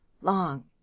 long